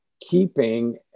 keeping